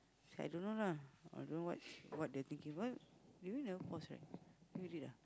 I don't know lah I don't know what what they are thinking why~ we never pause right you did ah